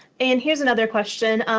and here's another question.